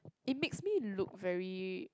it makes me look very